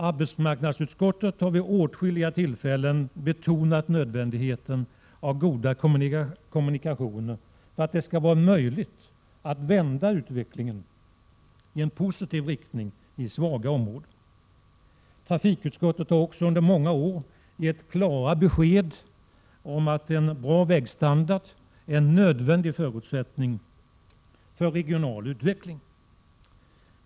Arbetsmarknadsutskottet har vid åtskilliga tillfällen betonat nödvändigheten av goda kommunikationer för att det skall vara möjligt att vända utvecklingen i en positiv riktning i svaga områden. Trafikutskottet har också under många år gett klara besked om att en bra vägstandard är en nödvändig förutsättning för regional utveckling.